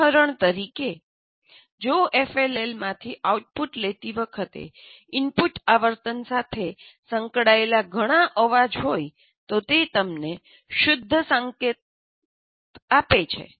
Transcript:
ઉદાહરણ તરીકે જો એફએલએલ માંથી આઉટપુટ લેતી વખતે ઇનપુટ આવર્તન સાથે સંકળાયેલ ઘણા અવાજ હોય તો તે તમને શુદ્ધ સંકેત આપે છે